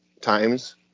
times